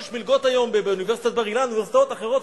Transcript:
כשיש היום מלגות באוניברסיטת בר-אילן ובאוניברסיטאות אחרות,